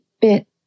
bit